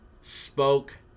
spoke